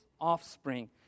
offspring